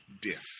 Diff